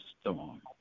storm